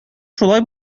шулай